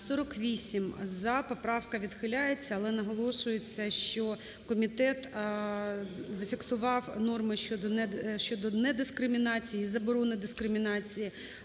За-48 Поправка відхиляється, але наголошується, що комітет зафіксував норми щодо недискримінації і заборони дискримінації